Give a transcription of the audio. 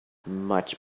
much